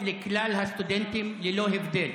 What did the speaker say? הסטודנטים ללא הבדל.